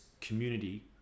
community